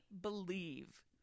believe